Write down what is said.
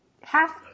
half